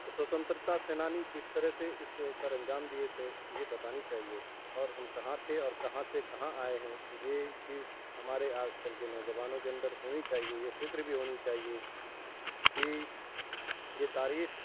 سوتنترتا سینانی کس طرح سے اس کو سر انجام دیے تھے یہ بتانی چاہیے اور ہم کہاں تھے اور کہاں سے کہاں آئے ہیں یہ چیز ہمارے آج کل کے نوجوانوں کے اندر ہونی چاہیے یہ فکر بھی ہونی چاہیے کہ یہ تاریخ